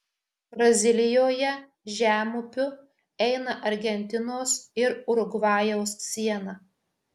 brazilijoje žemupiu eina argentinos ir urugvajaus siena